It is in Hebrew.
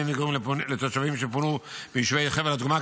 מגורים לתושבים שפונו מיישובי חבל התקומה,